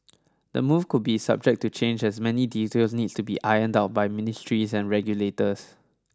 the move could be subject to change as many details need to be ironed out by ministries and regulators